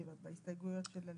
נגדם.